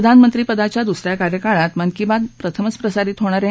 प्रधानमंत्री पदाच्या दुस या कार्यकाळात मन की बात प्रथमच प्रसारित होणार आहे